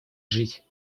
жить